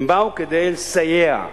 הם באו כדי לסייע,